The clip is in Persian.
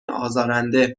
ازارنده